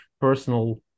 personal